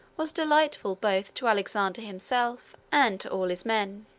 was delightful both to alexander himself and to all his men.